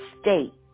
state